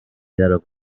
درا